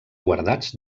guardats